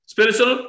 Spiritual